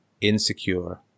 insecure